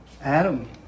Adam